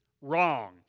wrong